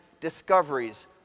discoveries